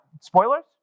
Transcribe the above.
spoilers